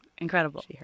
incredible